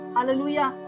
Hallelujah